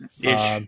Ish